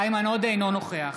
אינו נוכח